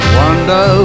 wonder